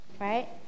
Right